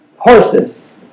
Horses